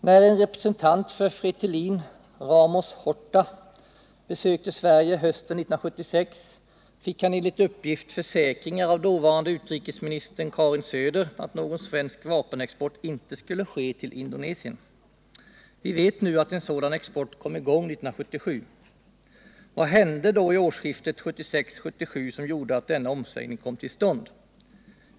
När en representant för Fretilin, Ramos Horta, besökte Sverige hösten 1976 fick han enligt uppgift försäkringar av dåvarande utrikesministern Karin Söder att någon svensk vapenexport inte skulle ske till Indonesien. Vi vet ju att en sådan export kom i gång 1977. Vad hände då vid årsskiftet 1976-1977 som gjorde att denna omsvängning kom till stånd?